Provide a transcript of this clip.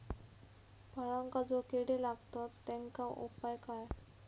फळांका जो किडे लागतत तेनका उपाय काय?